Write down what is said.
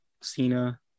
Cena